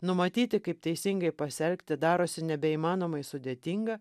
numatyti kaip teisingai pasielgti darosi nebeįmanomai sudėtinga